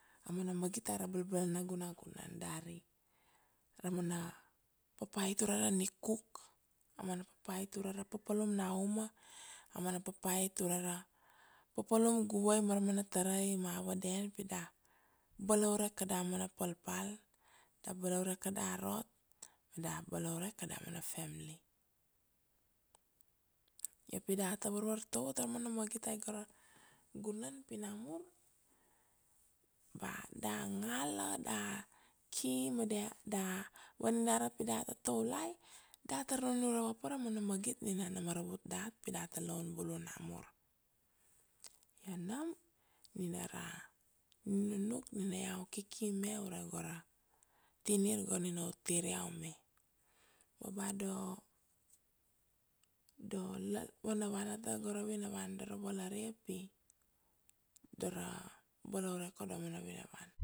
Amana magit aira bala balaure nagunagunan, dari raman papait ure ra nikuk, amana papait ure ra papalum na auma, amana papait ure ra papalum guve mara mana tarai ma aveden pi da balaure kada mana palpal, da balaure kada rot, da balaure kada mana family, io pi dat ta vavartovo tara mana magit ai gora gunan pi na namur, ba da ngala da ki ma dia da vaninara pi dat ta toulai, dat tar nunure vapar amana magit nina na maravut dat pi da ta loun bulu namur, io nam, nina ra nunuk nina iau kiki me ure gora, tinir go nina u tir iau, me ma ba do do let vanavana tago ra vinavana dora valaria pi dora balaure kodor mana vinavana